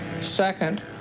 Second